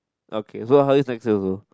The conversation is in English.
okay so how's it like to